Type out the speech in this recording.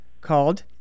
called